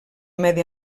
medi